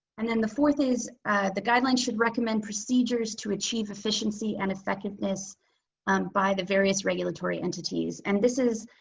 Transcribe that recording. and then the fourth is the guidelines should recommend procedures to achieve efficiency and effectiveness by the various regulatory entities. and this is,